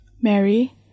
Mary